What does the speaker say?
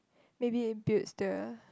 maybe it builds the